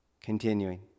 Continuing